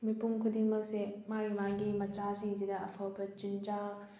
ꯃꯤꯄꯨꯝ ꯈꯨꯗꯤꯡꯃꯛꯁꯦ ꯃꯥ ꯃꯥꯒꯤ ꯃꯆꯥꯁꯤꯡꯁꯤꯗ ꯑꯐꯕ ꯆꯤꯟꯖꯥꯛ